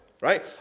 right